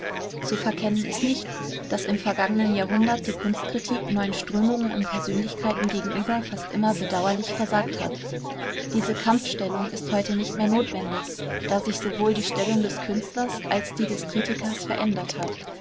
zu verkennen ist nicht daß im vergangenen jahrhundert die kunstkritik neuen strömungen und persönlichkeiten gegenüber fast immer bedauerlich versagt hat diese kampfstellung ist heute nicht mehr notwendig da sich sowohl die stellung des künstlers als die des kritikers verändert hat